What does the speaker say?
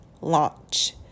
Launch